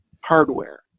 hardware